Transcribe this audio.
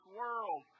world